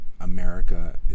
America